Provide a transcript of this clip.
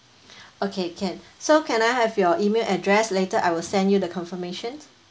okay can so can I have your email address later I will send you the confirmation